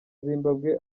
zimbabwe